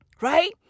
Right